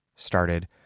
started